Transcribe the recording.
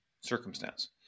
circumstance